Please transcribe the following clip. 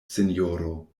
sinjoro